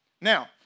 Now